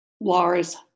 Lars